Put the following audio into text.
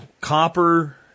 copper